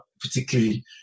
particularly